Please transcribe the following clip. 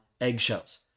eggshells